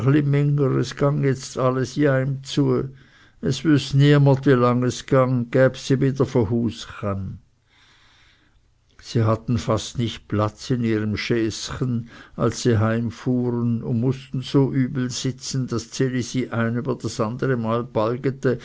es wüß niemer wie lang es gang gäb sie wieder vo hus chömm sie hatten fast nicht platz in ihrem chaischen als sie heimfuhren und mußten so übel sitzen daß ds elisi ein über das andere